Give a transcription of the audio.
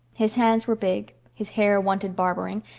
his hands were big, his hair wanted barbering,